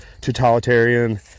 totalitarian